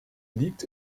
liegt